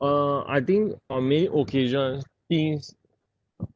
uh I think on many occasion things